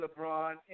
LeBron